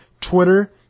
Twitter